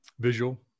Visual